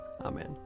Amen